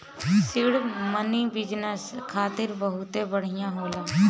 seed money business खातिर बहुते बढ़िया होला